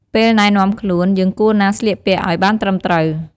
ពេលណែនាំខ្លួន យើងគួរណាស្លៀកពាក់ឲ្យបានត្រឹមត្រូវ។